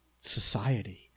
society